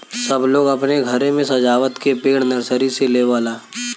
सब लोग अपने घरे मे सजावत के पेड़ नर्सरी से लेवला